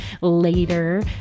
later